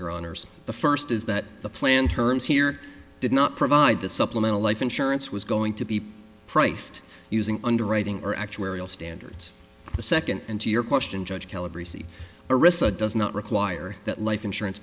your honour's the first is that the plan terms here did not provide the supplemental life insurance was going to be priced using underwriting or actuarial standards the second and to your question judge caleb received a risk does not require that life insurance